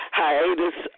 hiatus